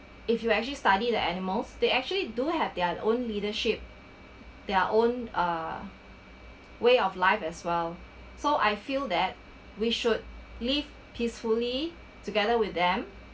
if you actually study the animals they actually do have their own leadership their own uh way of life as well so I feel that we should live peacefully together with them